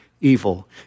evil